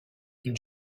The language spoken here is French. une